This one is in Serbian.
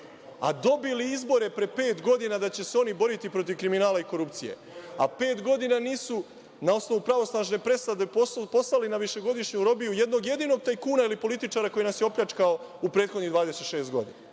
a dobili izbore pre pet godina da će se oni boriti protiv kriminala i korupcije, a pet godina nisu na osnovu pravosnažne presude poslali na višegodišnju robiju jednog, jedinog tajkuna ili političara koji nas je opljačkao u prethodnih 26 godina. Kažu